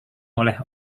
oleh